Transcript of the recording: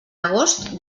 agost